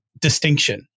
distinction